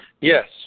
Yes